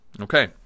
Okay